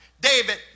David